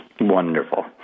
wonderful